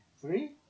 Three